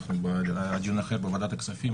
אנחנו בדיון אחר בוועדת הכספים,